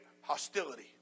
hostility